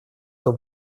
том